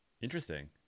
interesting